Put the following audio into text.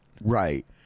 right